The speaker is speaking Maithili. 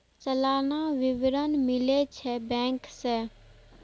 सलाना विवरण मिलै छै बैंक से?